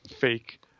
fake